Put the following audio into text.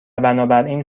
بنابراین